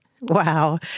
Wow